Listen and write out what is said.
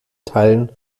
teilen